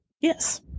Yes